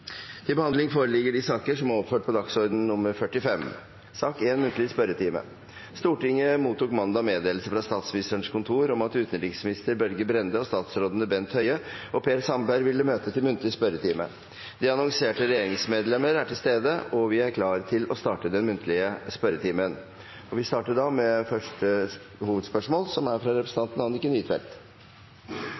til, på vegner av stortingsrepresentantane Heidi Greni, Per Olaf Lundteigen og meg sjølv, om å innføra ei nærleiksreform i barnevernet. Forslagene vil bli behandlet på reglementsmessig måte. Stortinget mottok mandag meddelelse fra Statsministerens kontor om at utenriksminister Børge Brende og statsrådene Bent Høie og Per Sandberg vil møte til muntlig spørretime. De annonserte regjeringsmedlemmer er til stede, og vi er klare til å starte den muntlige spørretimen. Vi starter da med første hovedspørsmål, fra representanten Anniken Huitfeldt.